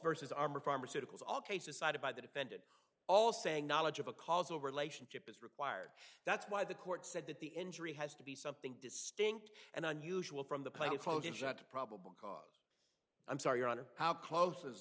vs armor pharmaceuticals all cases cited by the defendant all saying knowledge of a causal relationship is required that's why the court said that the injury has to be something distinct and unusual from the plaintiff to probable cause i'm sorry your honor how close is